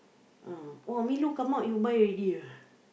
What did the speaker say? ah new look come out you buy already ah